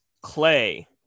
Clay